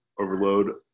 overload